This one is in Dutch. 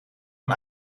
een